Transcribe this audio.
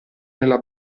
nella